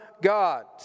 God